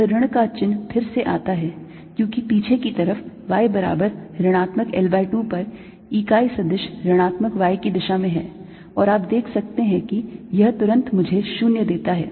यह ऋण का चिह्न फिर से आता है क्योंकि पीछे की तरफ y बराबर ऋणात्मक L by 2 पर इकाई सदिश ऋणात्मक y की दिशा में है और आप देख सकते हैं कि यह तुरंत मुझे 0 देता है